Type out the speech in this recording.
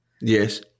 yes